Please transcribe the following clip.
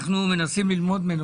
אנחנו מנסים ללמוד ממנו,